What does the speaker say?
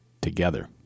together